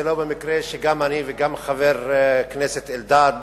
זה לא במקרה שגם אני וגם חבר הכנסת אלדד